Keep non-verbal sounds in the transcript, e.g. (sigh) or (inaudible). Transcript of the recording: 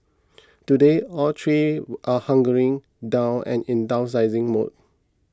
today all three (noise) are hunkering down and in downsizing mode